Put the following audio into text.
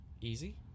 easy